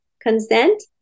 consent